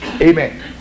Amen